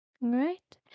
right